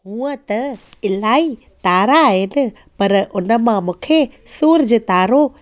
हुअं त इलाही तारा आहिनि पर उन मां मूंखे सूरज तारो